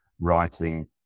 writing